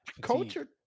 culture